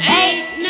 eight